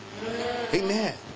Amen